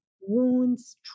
wounds